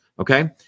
Okay